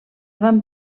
van